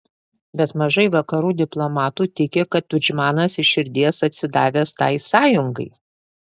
bet mažai vakarų diplomatų tiki kad tudžmanas iš širdies atsidavęs tai sąjungai